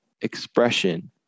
expression